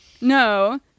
no